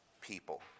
people